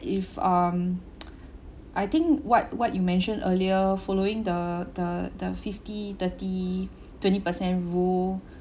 if um I think what what you mentioned earlier following the the the fifty thirty twenty per cent rule